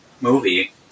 movie